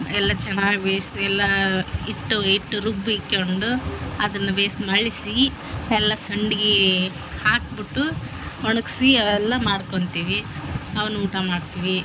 ಎಲ್ಲ ಚೆನ್ನಾಗಿ ಬೆಸ್ವಿ ಎಲ್ಲಾ ಹಿಟ್ಟು ಹಿಟ್ಟು ರುಬ್ಬಿ ಇಕ್ಕೆಂಡು ಅದನ್ನ ಬೇಸ್ ಮಳ್ಸಿ ಎಲ್ಲ ಸಂಡ್ಗೀ ಹಾಕಿ ಬುಟ್ಟು ಒಣಗ್ಸಿ ಎಲ್ಲ ಮಾಡ್ಕೊಂತೀವಿ ಅವ್ನ ಊಟ ಮಾಡ್ತೀವಿ